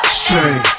straight